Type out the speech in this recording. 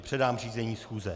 Předám řízení schůze.